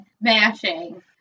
mashing